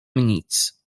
nic